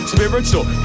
Spiritual